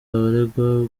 abaregwa